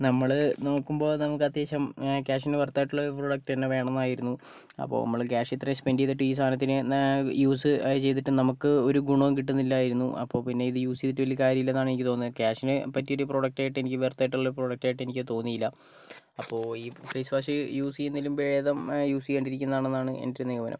നമ്മൾ നോക്കുമ്പോൾ നമുക്ക് അത്യാവശ്യം ക്യാഷിന് വെർത്ത് ആയിട്ടുള്ള പ്രോഡക്റ്റ് തന്നെ വേണമെന്നായിരുന്നു അപ്പോൾ നമ്മൾ ക്യാഷ് ഇത്രയും സ്പെൻഡ് ചെയ്തിട്ട് ഈ സാധനത്തിന് നാ യൂസ് അത് ചെയ്തിട്ട് നമുക്ക് ഒരു ഗുണവും കിട്ടുന്നില്ലായിരുന്നു അപ്പോൾ പിന്നെ ഇത് യൂസ് ചെയ്തിട്ട് വലിയ കാര്യമില്ലെന്നാണ് എനിക്ക് തോന്നിയത് ക്യാഷിന് പറ്റിയ ഒരു പ്രോഡക്റ്റായിട്ട് എനിക്ക് വെർത്തായിട്ടുള്ള പ്രോഡക്റ്റായിട്ട് എനിക്ക് തോന്നിയില്ല അപ്പോൾ ഈ ഫെയ്സ് വാഷ് യൂസ് ചെയ്യുന്നതിലും ഭേദം യൂസ് ചെയ്യാണ്ട് ഇരിക്കുന്നതാണെന്നാണ് എന്റെയൊരു നിഗമനം